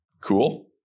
cool